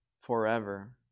forever